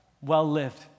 well-lived